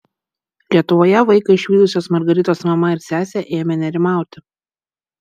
lietuvoje vaiką išvydusios margaritos mama ir sesė ėmė nerimauti